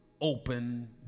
Open